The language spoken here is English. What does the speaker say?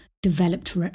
developed